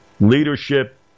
Leadership